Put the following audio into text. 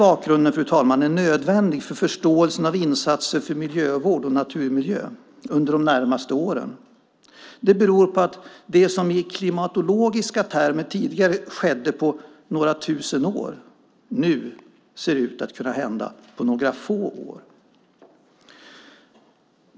Att den här bakgrunden är nödvändig för förståelsen av insatser för miljövård och naturmiljö under de närmaste åren beror på att det som i klimatologiska termer tidigare skedde på några tusen år nu ser ut att kunna hända på några få år.